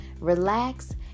relax